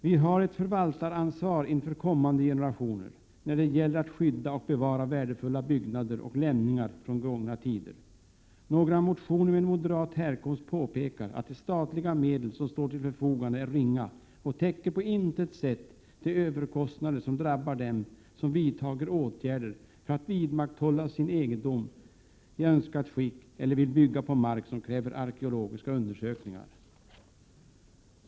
Vi har ett förvaltaransvar inför kommande generationer när det gäller att skydda och bevara värdefulla byggnader och lämningar från gångna tider. I några motioner med moderat härkomst påpekas att de statliga medel som står till förfogande är ringa och på intet sätt täcker de överkostnader som drabbar dem som vidtar åtgärder för att vidmakthålla sin egendom i önskat skick eller vill bygga på mark som kräver arkeologiska undersökningar.